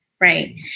right